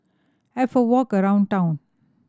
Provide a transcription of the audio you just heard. have a walk around town